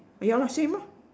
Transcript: ya lah same lor